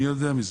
אז מי יודע מזה?